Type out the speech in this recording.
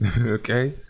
okay